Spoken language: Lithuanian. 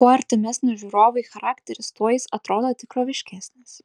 kuo artimesnis žiūrovui charakteris tuo jis atrodo tikroviškesnis